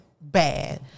bad